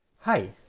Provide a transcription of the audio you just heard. Hi